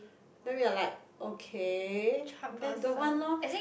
then we are like okay then don't want lor